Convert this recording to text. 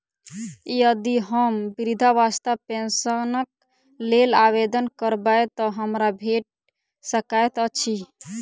यदि हम वृद्धावस्था पेंशनक लेल आवेदन करबै तऽ हमरा भेट सकैत अछि?